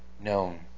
known